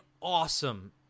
awesome